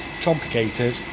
complicated